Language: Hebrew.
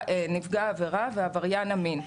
נפגע העבירה ועבריין המין.